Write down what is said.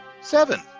seven